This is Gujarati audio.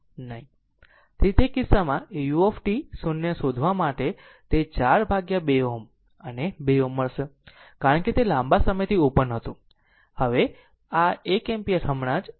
તેથી તે કિસ્સામાં જો u 0 શોધવા માટે તે 4 ભાગ્યા 2 Ω અને 2 Ω હશે કારણ કે તે લાંબા સમયથી ઓપન હતું